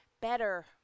better